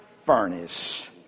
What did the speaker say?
furnace